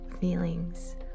feelings